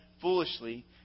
foolishly